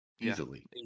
Easily